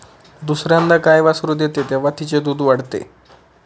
दुसर्यांदा गाय वासरू देते तेव्हा तिचे दूध वाढते